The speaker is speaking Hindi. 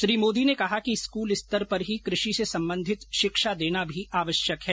श्री मोदी ने कहा कि स्कूल स्तर पर ही कृषि से संबंधित शिक्षा देना भी आवश्यक है